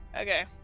Okay